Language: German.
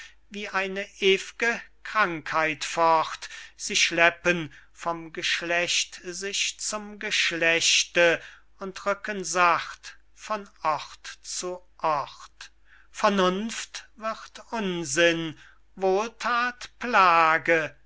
wie eine ew'ge krankheit fort sie schleppen von geschlecht sich zum geschlechte und rücken sacht von ort zu ort vernunft wird unsinn wohlthat plage